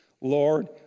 Lord